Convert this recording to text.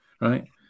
right